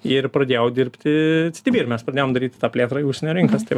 ir pradėjau dirbti ir mes pradėjom daryti tą plėtrą į užsienio rinkas tai va